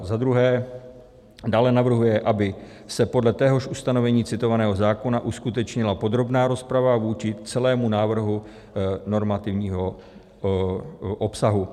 II. dále navrhuje, aby se podle téhož ustanovení citovaného zákona uskutečnila podrobná rozprava vůči celému návrhu normativního obsahu,